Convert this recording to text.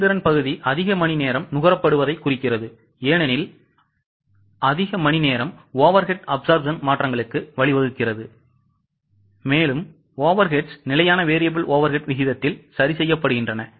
செயல்திறன் பகுதி அதிக மணிநேரம் நுகரப்பட்டதைக் குறிக்கிறது ஏனெனில் அதிக மணிநேரம் overhead absorption மாற்றங்களுக்கு வழிவகுக்கிறது ஏனெனில் overheads நிலையான variable overhead விகிதத்தில் சரி செய்யப்படுகின்றன